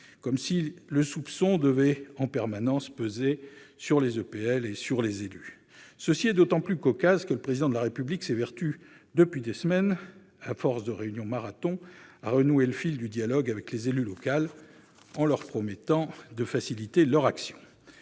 comme si le soupçon devait en permanence peser sur les EPL et les élus. C'est d'autant plus cocasse que le Président de la République s'évertue depuis plusieurs semaines, à force de réunions-marathons, à renouer le fil du dialogue avec les élus locaux, en leur promettant de faciliter leurs actions.